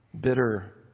bitter